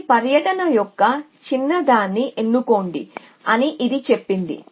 ఈ పర్యటన యొక్క చిన్నదాన్ని ఎన్నుకోండి అని ఇది చెప్పింది